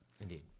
Indeed